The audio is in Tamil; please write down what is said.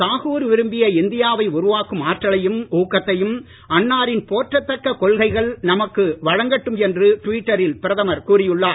தாகூர் விரும்பிய இந்தியாவை உருவாக்கும் ஆற்றலையும் ஊக்கத்தையும் அன்னாரின் போற்றத்தக்க கொள்கைகள் நமக்கு வழங்கட்டும் என்று டுவிட்டரில் பிரதமர் கூறி உள்ளார்